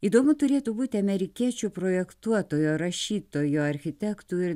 įdomu turėtų būti amerikiečio projektuotojo rašytojo architektų ir